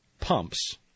pumps